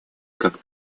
как